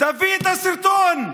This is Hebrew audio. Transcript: תביא את הסרטון.